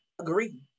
agree